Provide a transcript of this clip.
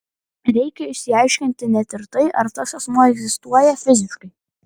reikia išsiaiškinti net ir tai ar tas asmuo egzistuoja fiziškai